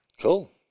Cool